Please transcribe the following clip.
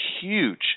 huge